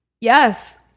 Yes